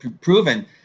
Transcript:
proven